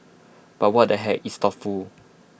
but what the heck it's thoughtful